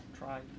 Try